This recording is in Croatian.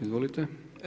Izvolite.